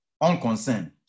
unconcerned